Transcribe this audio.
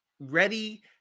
Ready